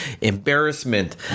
embarrassment